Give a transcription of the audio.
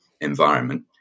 environment